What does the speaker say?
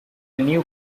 new